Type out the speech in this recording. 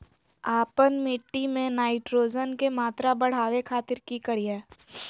आपन मिट्टी में नाइट्रोजन के मात्रा बढ़ावे खातिर की करिय?